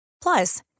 Plus